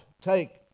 take